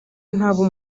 ntaba